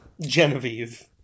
Genevieve